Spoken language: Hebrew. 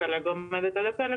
שכרגע עומדת על הפרק,